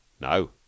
no